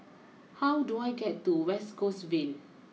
how do I get to West Coast Vale